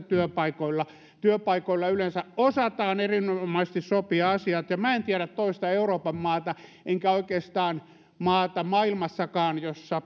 työpaikoilla työpaikoilla yleensä osataan erinomaisesti sopia asiat ja minä en tiedä toista euroopan maata enkä oikeastaan toista maata maailmassakaan jossa